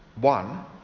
one